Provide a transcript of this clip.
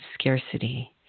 scarcity